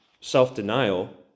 self-denial